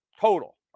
total